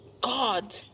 God